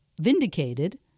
vindicated